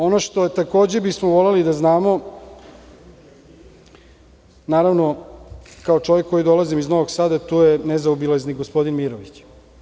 Ono što bismo takođe voleli da znamo, naravno, kao čovek koji dolazi iz Novog Sada, tu je nezaobilazni gospodin Mirović.